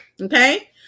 Okay